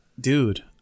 dude